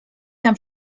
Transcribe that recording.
tam